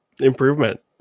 Improvement